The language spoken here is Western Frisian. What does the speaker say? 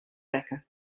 rekke